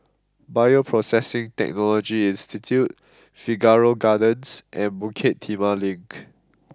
Bioprocessing Technology Institute Figaro Gardens and Bukit Timah Link